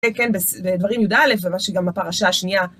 כן, בדברים יא' וגם בפרשה השנייה.